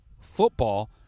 football